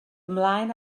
ymlaen